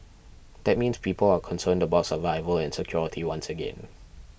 that means people are concerned about survival and security once again